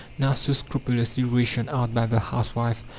now so scrupulously rationed out by the housewife,